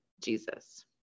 Jesus